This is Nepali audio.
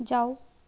जाऊ